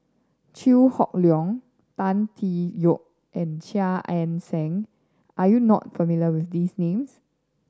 Chew Hock Leong Tan Tee Yoke and Chia Ann Siang are you not familiar with these names